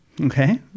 Okay